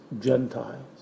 Gentiles